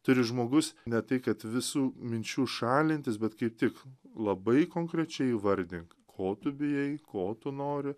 turi žmogus ne tai kad visų minčių šalintis bet kaip tik labai konkrečiai įvardink ko tu bijai ko tu nori